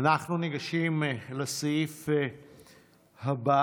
אנחנו ניגשים לסעיף הבא